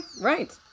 right